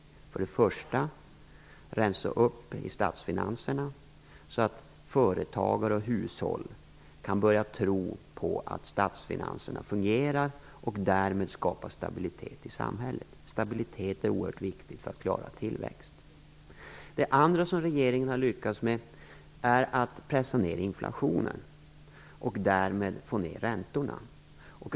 Vi har för det första rensat upp i statsfinanserna så att företagare och hushåll kan börja tro på att statsfinanserna fungerar och därmed skapa stabilitet i samhället. Stabilitet är oerhört viktigt för att klara tillväxten. Regeringen har för det andra lyckats med att pressa ned inflationen och därmed få ned räntorna.